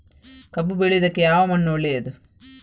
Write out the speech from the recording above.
ಕಬ್ಬು ಬೆಳೆಯುವುದಕ್ಕೆ ಯಾವ ಮಣ್ಣು ಒಳ್ಳೆಯದು?